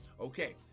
Okay